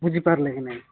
ବୁଝିପାରିଲେ କି ନାଇଁ